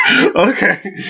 Okay